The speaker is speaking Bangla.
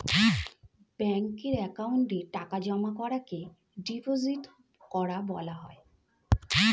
ব্যাঙ্কের অ্যাকাউন্টে টাকা জমা করাকে ডিপোজিট করা বলা হয়